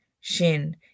Shin